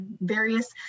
various